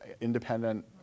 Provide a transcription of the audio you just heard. independent